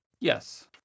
Yes